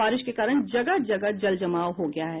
बारिश के कारा जगह जगह जलजमाव हो गया है